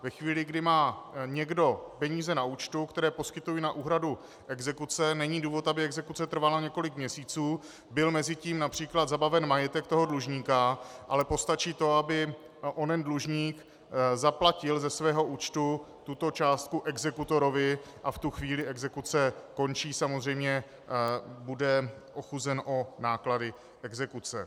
Ve chvíli, kdy má někdo peníze na účtu, které poskytuje na úhradu exekuce, není důvod, aby exekuce trvala několik měsíců, byl mezitím například zabaven majetek toho dlužníka, ale postačí, aby onen dlužník zaplatil ze svého účtu tuto částku exekutorovi, a v tu chvíli exekuce samozřejmě končí, samozřejmě bude ochuzen o náklady exekuce.